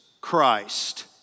Christ